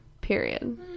Period